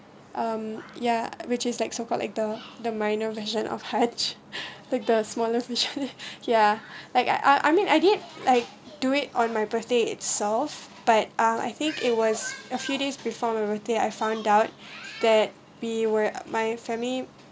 um ya which is like so called like the the minor version of haj like the smaller version ya like I I mean I didn't like do it on my birthday itself but uh I think it was a few days before my birthday I found out that be where my family